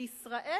בישראל